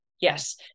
Yes